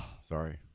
Sorry